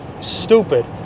stupid